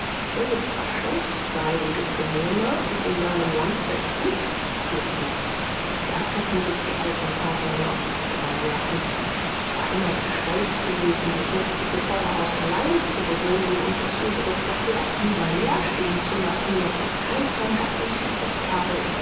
völlig verscheucht sei durch bewohner die den namen lamprecht nicht führten das hätten sich die alten kaufherren auch nicht träumen lassen es war immer ihr stolz gewesen das mächtige vorderhaus allein zu bewohnen und das obere stockwerk lieber leer stehen zu lassen auf daß kein fremder fuß das recht habe